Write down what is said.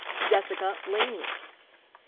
jessica lanie.